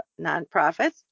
nonprofits